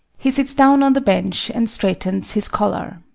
he sits down on the bench and straightens his collar.